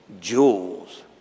jewels